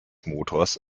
motors